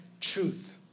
truth